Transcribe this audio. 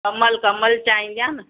कमल कमल चांहि ईंदी आहे न